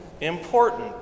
important